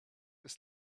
ist